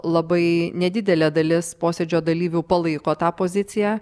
labai nedidelė dalis posėdžio dalyvių palaiko tą poziciją